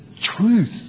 truth